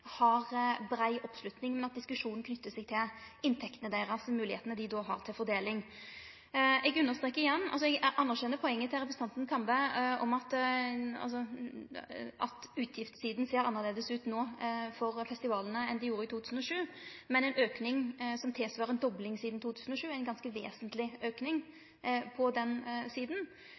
har brei oppslutning, men at diskusjonen knyter seg til inntektene deira og moglegheitene dei har til fordeling. Eg anerkjenner poenget til representanten Kambe, at utgiftssida for festivalane ser annleis ut no enn den gjorde i 2007, men ein auke som tilsvarer ei dobling sidan 2007, er ein ganske vesentleg auke på den